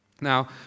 Now